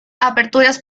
aperturas